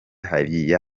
hariya